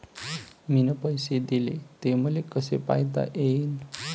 मिन पैसे देले, ते मले कसे पायता येईन?